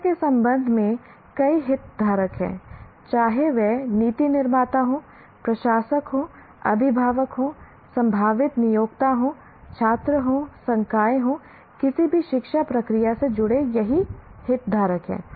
शिक्षा के संबंध में कई हितधारक हैं चाहे वह नीति निर्माता हों प्रशासक हों अभिभावक हों संभावित नियोक्ता हों छात्र हों संकाय हों किसी भी शिक्षा प्रक्रिया से जुड़े यही हितधारक हैं